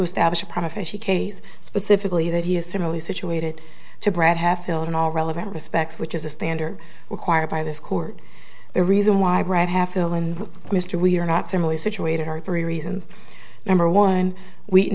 profession case specifically that he is similarly situated to brad have filled in all relevant respects which is a standard required by this court the reason why brad half ill and mr we are not similarly situated are three reasons number one we